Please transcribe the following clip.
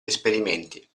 esperimenti